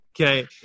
okay